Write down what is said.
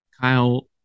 Kyle